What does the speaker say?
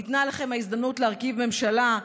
ניתנה לכם ההזדמנות להרכיב ממשלה.